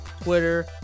Twitter